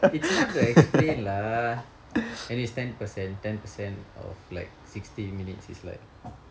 it's hard to explain lah and it's ten per cent ten percent of like sixty minutes is like